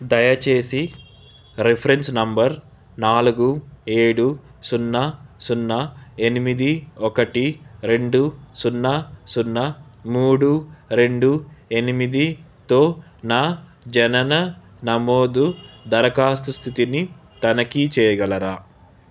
దయచేసి reference number నాలుగు ఏడు సున్నా సున్నా ఎనిమిది ఒకటి రెండు సున్నా సున్నా మూడు రెండు ఎనిమిదితో నా జనన నమోదు దరఖాస్తు స్థితిని తనిఖీ చేయగలరా